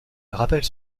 rappelle